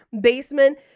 basement